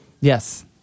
Yes